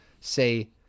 say